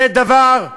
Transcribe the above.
זה דבר,